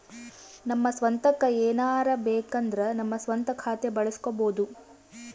ನಮ್ಮ ಸ್ವಂತಕ್ಕ ಏನಾರಬೇಕಂದ್ರ ನಮ್ಮ ಸ್ವಂತ ಖಾತೆ ಬಳಸ್ಕೋಬೊದು